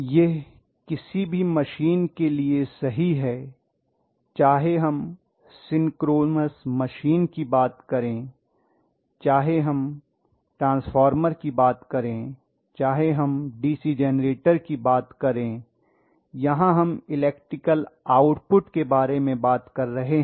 यह किसी भी मशीन के लिए सही है चाहे हम सिंक्रोनस मशीन की बात करें चाहे हम ट्रांसफार्मर की बात करें चाहे हम डीसी जेनरेटर की बात करें यहाँ हम इलेक्ट्रिकल आउटपुट के बारे में बात कर रहे हैं